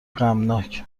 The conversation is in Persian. غمناک